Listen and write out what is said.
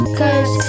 cause